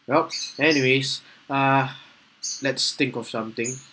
well anyways uh let's think of something